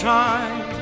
time